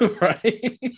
Right